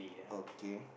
okay